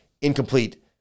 incomplete